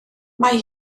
mae